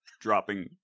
dropping